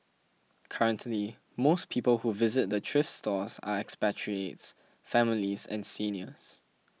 currently most people who visit the thrift stores are expatriates families and seniors